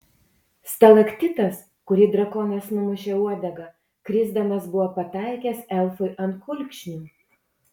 stalaktitas kurį drakonas numušė uodega krisdamas buvo pataikęs elfui ant kulkšnių